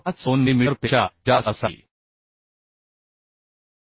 52 millimetre पेक्षा जास्त असावी